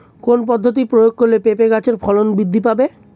কোন পদ্ধতি প্রয়োগ করলে পেঁপে গাছের ফলন বৃদ্ধি পাবে?